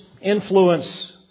influence